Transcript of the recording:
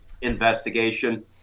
investigation